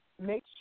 Make